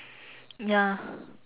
ya